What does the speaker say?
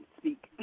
speak